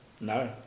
No